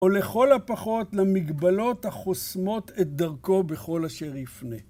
או לכל הפחות למגבלות החוסמות את דרכו בכל אשר יפנה.